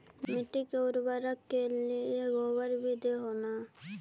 मिट्टी के उर्बरक के लिये गोबर भी दे हो न?